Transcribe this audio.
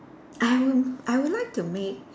I would I would like to make